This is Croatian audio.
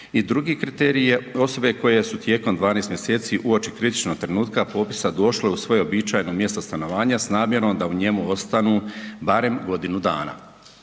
I drugi kriterij je, osobe koje su tijekom 12 mjeseci uoči kritičnog trenutka popisa došle u svoje uobičajeno mjesto stanovanja s namjerom da u njemu ostanu barem godinu dana.